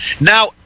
Now